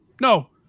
no